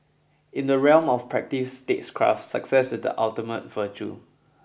in the realm of practice statecraft success is the ultimate virtue